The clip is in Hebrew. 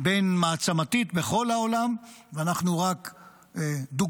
בין- מעצמתית בכל העולם ואנחנו רק דוגמה,